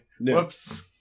Whoops